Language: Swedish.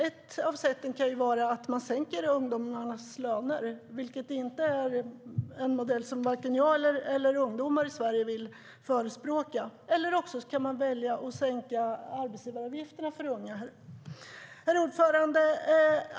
Ett sätt är att man sänker ungdomarnas löner, vilket inte är en modell som vare sig jag eller ungdomar i Sverige vill förespråka. Ett annat sätt är att sänka arbetsgivaravgifterna för unga.